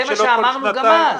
זה מה שאמרנו גם אז.